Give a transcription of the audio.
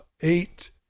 eight